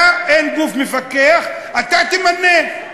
אין גוף מפקח, אתה תמנה.